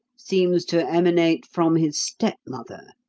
seems to emanate from his stepmother,